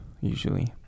usually